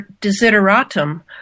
desideratum